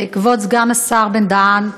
כבוד סגן השר בן-דהן,